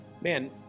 Man